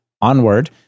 onward